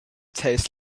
tastes